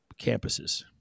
campuses